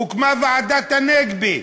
הוקמה ועדת הנגבי,